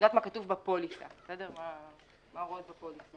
אני יודעת מה כתוב בפוליסה, מה ההוראות בפוליסה.